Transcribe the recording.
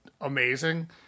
amazing